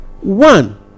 One